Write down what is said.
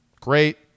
great